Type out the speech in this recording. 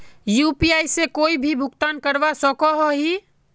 UPI से कोई भी भुगतान करवा सकोहो ही?